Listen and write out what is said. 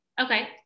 Okay